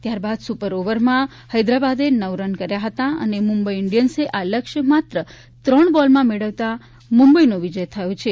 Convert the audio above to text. ત્યારબાદ સુપર ઓવરમાં હેદરાબાદે નવ રન કર્યા હતા અને મુંબઈ ઈન્ડિયન્સે આ લક્ષ્ય માત્ર ત્રણ બોલમાં મેળવતા મુંબઈનો વિજય થયો હતો